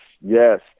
yes